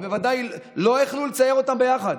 אבל בוודאי לא יכלו לצייר אותם ביחד.